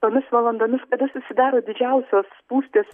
tomis valandomis kada susidaro didžiausios spūstys